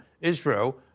Israel